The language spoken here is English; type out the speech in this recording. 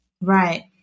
Right